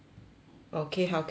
okay 好可以 lor 这样